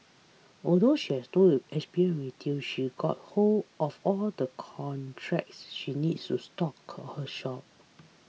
although she had no it experience in retail she got hold of all the contacts she needed to stock her her shop